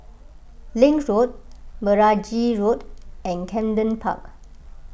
Link Road Meragi Road and Camden Park